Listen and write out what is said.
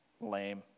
Lame